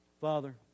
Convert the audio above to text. Father